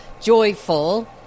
joyful